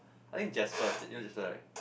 I think Jasper you know Jasper right